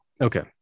Okay